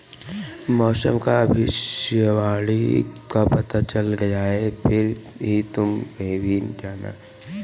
मौसम की भविष्यवाणी का पता चल जाए फिर ही तुम कहीं जाना